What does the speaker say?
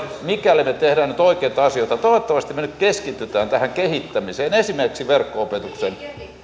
mikäli tehdään nyt oikeita asioita toivottavasti me nyt keskitymme tähän kehittämiseen esimerkiksi verkko opetukseen